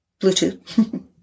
Bluetooth